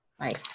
Right